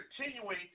continuing